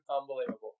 Unbelievable